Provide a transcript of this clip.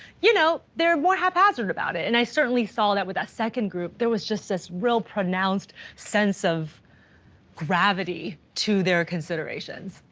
you know they're more haphazard about it. and i certainly saw that with a second group, there was just this real pronounced sense of gravity to their considerations.